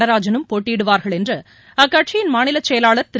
நடராஜனும் போட்டியிடுவார்கள் என்று அக்கட்சியின் மாநிலச் செயலாளர் திரு